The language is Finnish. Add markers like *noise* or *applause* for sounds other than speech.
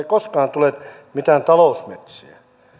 *unintelligible* koskaan tule mitään talousmetsiä